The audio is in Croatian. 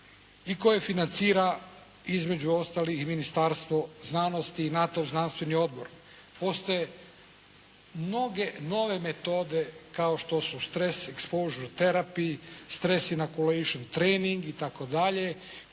i koji financira između ostalih Ministarstvo znanosti i NATO-ov znanstveni odbor. Postoje mnoge nove metode kao što su "Stress Exposure Therapy", "Stress Inaculation Training" itd.